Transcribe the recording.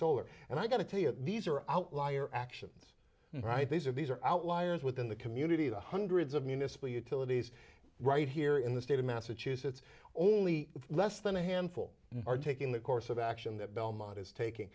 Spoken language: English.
solar and i got to tell you these are outlier actions right these are these are outliers within the community of the hundreds of municipal utilities right here in the state of massachusetts only less than a handful are taking the course of action that belmont is taking